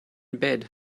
bed